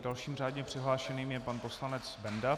Dalším řádně přihlášeným je pan poslanec Benda.